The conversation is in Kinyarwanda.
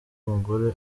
umugore